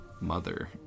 Mother